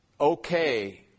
okay